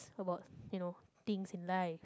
about you know things in life